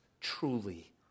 truly